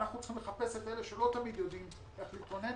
אנחנו צריכים לחפש את אלה שלא תמיד יודעים איך להתלונן.